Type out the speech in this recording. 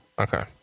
Okay